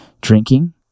drinking